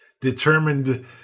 determined